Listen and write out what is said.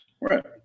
right